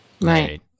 Right